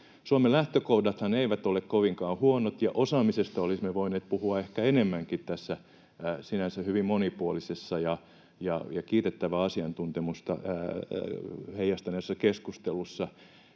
Suomen lähtökohdathan eivät ole kovinkaan huonot, ja osaamisesta olisimme voineet puhua ehkä enemmänkin tässä sinänsä hyvin monipuolisessa ja kiitettävää asiantuntemusta heijastaneessa keskustelussa.